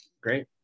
Great